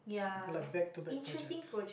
like back to back projects